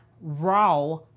raw